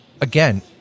again